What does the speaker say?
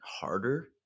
harder